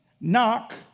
Knock